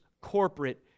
corporate